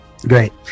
great